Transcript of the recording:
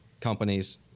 companies